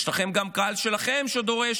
יש לכם גם הקהל שלכם, שדורש